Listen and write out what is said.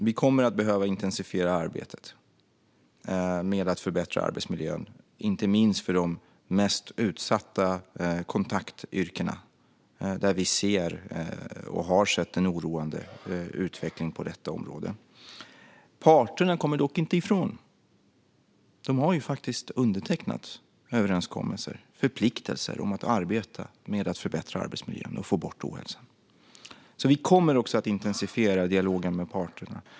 Vi kommer att behöva intensifiera arbetet med att förbättra arbetsmiljön, inte minst för de mest utsatta kontaktyrkena, där vi har sett en oroande utveckling. Parterna kommer dock inte ifrån sitt ansvar. De har ju faktiskt undertecknat överenskommelser och åtaganden om att arbeta med att förbättra arbetsmiljön och få bort ohälsan. Vi kommer att intensifiera dialogen med parterna.